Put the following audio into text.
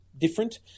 different